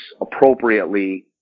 appropriately